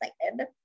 excited